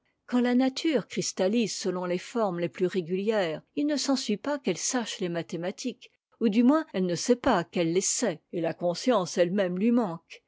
quand la nature cristallise selon tes formes les plus régulières il ne s'ensuit pas qu'elle sache les mathématiques ou du moins elle ne sait pas qu'elle les sait et la conscience d'ellemême lui manque